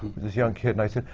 this young kid, and i said,